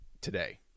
Today